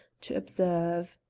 to observe.